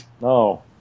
No